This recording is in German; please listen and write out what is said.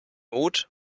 mut